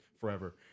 forever